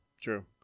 True